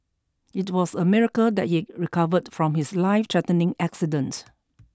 it was a miracle that he recovered from his lifethreatening accident